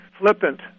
flippant